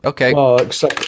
okay